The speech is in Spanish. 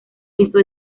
eso